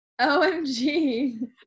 Omg